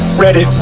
ready